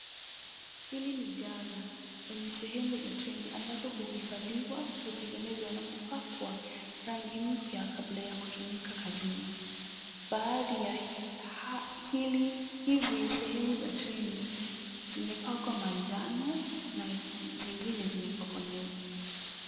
Hili ni gala lenye sehemu za treni ambazo uhifadhiwa. utengenezwa na kupakwa rangi mpya kabla ya kutumika kazini. Baadhi ya hizi zehemu za treni zimepakwa manjano na zingine zimepakwa nyeupe.